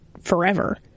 forever